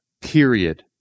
Period